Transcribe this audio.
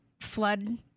flood